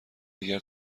دیگر